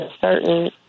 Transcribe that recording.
certain